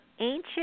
ancient